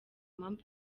mpamvu